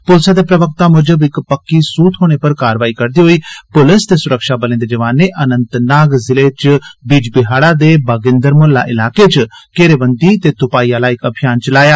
पुलसा दे प्रवक्ता मुजब इक पक्की सूह उप्पर कार्रवाई करदे होई पुलस ते सुरक्षाबलें दे जवानें अनंतनाग जिले च बिजबिहाड़ा दे बागिन्दर मोहल्ला इलाके च घेरेबंदी ते तुपाई आह्ला इक अभियान चलाया